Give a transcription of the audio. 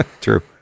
True